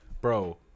Bro